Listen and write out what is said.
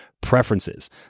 preferences